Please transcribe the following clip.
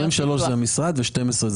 "23" זה המספר ו-"12" זה